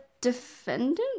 defendant